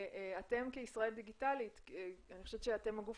ואתם כישראל דיגיטלית, אני חושבת שאתם הגוף